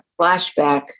flashback